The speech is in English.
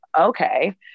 okay